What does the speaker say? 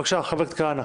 בבקשה, חבר הכנסת כהנא.